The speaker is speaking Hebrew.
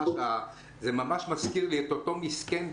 זה ממש מזכיר לי את אותו מסכן,